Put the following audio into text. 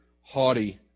haughty